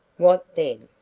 what then?